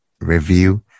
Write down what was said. review